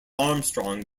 armstrong